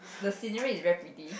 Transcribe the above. the scenery is very pretty